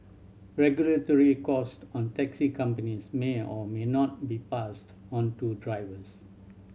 regulatory cost on taxi companies may or may not be passed onto drivers